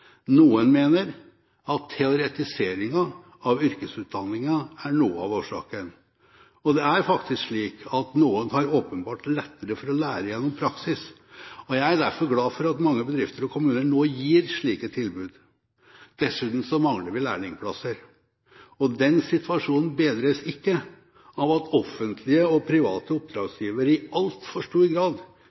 Noen mener at teoretiseringen av yrkesutdanningen er noe av årsaken, og det er faktisk slik at noen har åpenbart lettere for å lære gjennom praksis. Jeg er derfor glad for at mange bedrifter og kommuner nå gir slike tilbud. Dessuten mangler vi lærlingplasser. Den situasjonen bedres ikke av at offentlige og private oppdragsgivere i altfor stor grad